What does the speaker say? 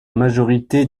majorité